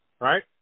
right